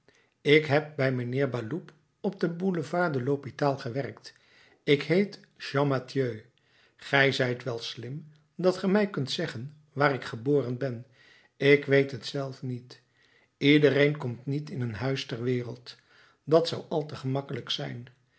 ik heb bij den heer baloup op den boulevard de l'hopital gewerkt ik heet champmathieu gij zijt wel slim dat ge mij kunt zeggen waar ik geboren ben ik weet het zelf niet iedereen komt niet in een huis ter wereld dat zou al te gemakkelijk zijn